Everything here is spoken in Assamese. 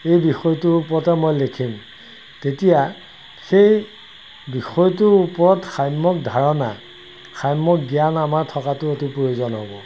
এই বিষয়টোৰ ওপৰতে মই লিখিম তেতিয়া সেই বিষয়টোৰ ওপৰত সাম্যক ধাৰণা সাম্যক জ্ঞান আমাৰ থকাটো অতি প্ৰয়োজন হ'ব